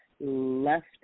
left